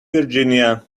virginia